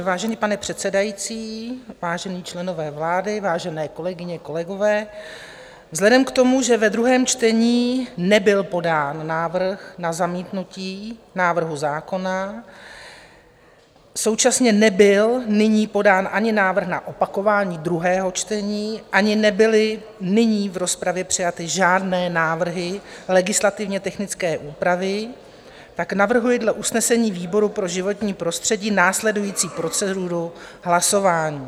Vážený pane předsedající, vážení členové vlády, vážené kolegyně, kolegové, vzhledem k tomu, že ve druhém čtení nebyl podán návrh na zamítnutí návrhu zákona, současně nebyl nyní podán ani návrh na opakování druhého čtení, ani nebyly nyní v rozpravě přijaty žádné návrhy legislativně technické úpravy, tak navrhuji dle usnesení výboru pro životní prostředí následující proceduru hlasování: